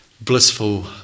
blissful